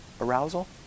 arousal